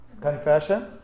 Confession